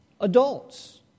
adults